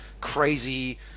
crazy